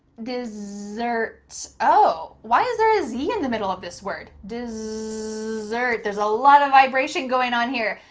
dessert. oh, why is there a z in the middle of this word? dessert, there's a lot of vibration going on here,